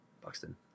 Buxton